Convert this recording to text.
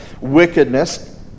wickedness